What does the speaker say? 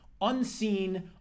unseen